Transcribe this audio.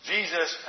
Jesus